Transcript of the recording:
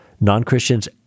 non-Christians